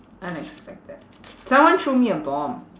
unexpected someone threw me a bomb